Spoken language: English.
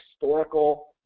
historical